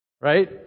Right